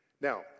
Now